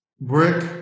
brick